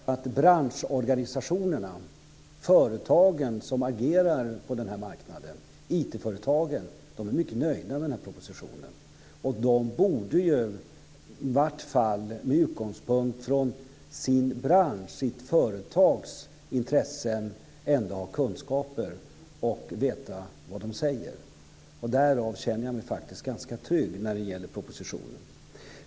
Fru talman! Får jag bara säga att branschorganisationerna, företagen som agerar på den här marknaden, IT-företagen, är mycket nöjda med propositionen. De borde ju, i varje fall med utgångspunkt från sin branschs och sitt företags intressen, ha kunskaper och veta vad de säger. Där känner jag mig ganska trygg när det gäller propositionen.